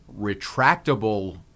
retractable